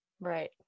right